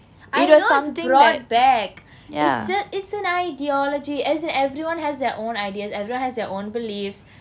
I know it's brought back it's just it's an ideology as in everyone has their own ideas everyone has their own beliefs